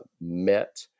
met